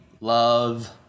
love